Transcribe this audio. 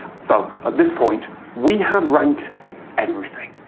so, at this point, we had ranked everything.